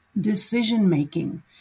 Decision-making